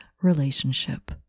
relationship